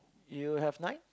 you have nine